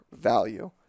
value